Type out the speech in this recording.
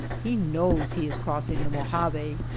he knows he is crossing the mojave.